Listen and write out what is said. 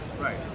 Right